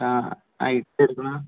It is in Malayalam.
ആ ഐ ടി എടുക്കണോ